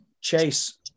chase